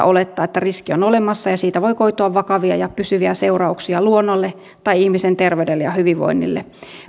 olettaa että riski on olemassa ja siitä voi koitua vakavia ja pysyviä seurauksia luonnolle tai ihmisen terveydelle ja hyvinvoinnille